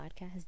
podcast